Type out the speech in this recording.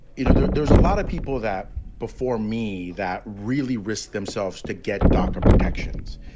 you know, there's there's a lot of people that before me that really risk themselves to get darker protections.